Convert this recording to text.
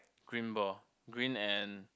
green ball green and